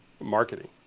marketing